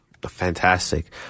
fantastic